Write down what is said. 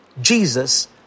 Jesus